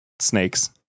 snakes